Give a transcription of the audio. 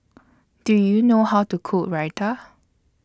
Do YOU know How to Cook Raita